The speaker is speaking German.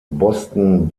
boston